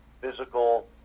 physical